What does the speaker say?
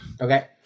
Okay